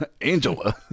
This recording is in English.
Angela